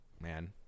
man